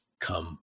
come